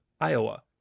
Iowa